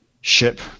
ship